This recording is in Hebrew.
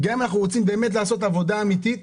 גם אם אנחנו רוצים לעשות עבודה אמיתית,